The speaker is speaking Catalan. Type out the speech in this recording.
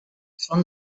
són